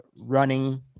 running